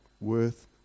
worth